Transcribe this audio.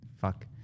Fuck